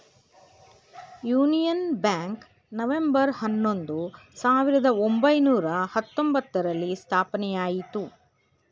union Bank November ಹನ್ನೊಂದು, ಸಾವಿರದ ಒಂಬೈನೂರ ಹತ್ತೊಂಬ್ತರಲ್ಲಿ ಸ್ಥಾಪನೆಯಾಯಿತು